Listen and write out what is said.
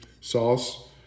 sauce